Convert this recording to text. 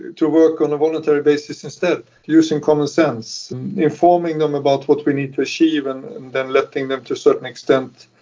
to work on a voluntary basis instead, using common sense and informing them about what we need to achieve and then letting them, to a certain extent,